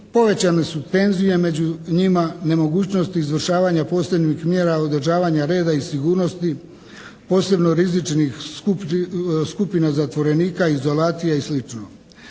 povećane su tenzije među njima, nemogućnost izvršavanja posebnih mjera održavanja reda i sigurnosti, posebno rizičnih skupina zatvorenika, izolacija i sl.